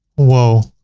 whoa,